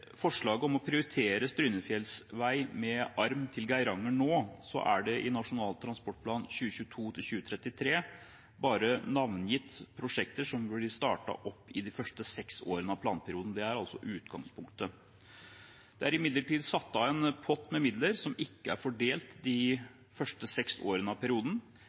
forslaget om å prioritere Strynefjellsveg med arm til Geiranger nå, er det i Nasjonal transportplan 2022–2033 bare navngitt prosjekter som blir startet opp i de første seks årene av planperioden. Det er altså utgangspunktet. Det er imidlertid satt av en pott med midler som ikke er fordelt for de siste seks årene av perioden.